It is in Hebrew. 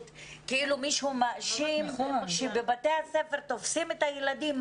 ושכאילו מישהו מאשים בזה שבבתי הספר תופסים את הילדים,